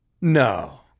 No